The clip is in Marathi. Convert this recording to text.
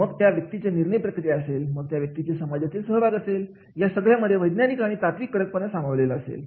मग त्या व्यक्तीची निर्णय प्रक्रिया असेल मग त्या व्यक्तीचा समाजातील सहभाग असेल या सगळ्यांमध्ये वैज्ञानिक आणि तात्विक कडकपणा सामावलेली असेल